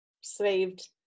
saved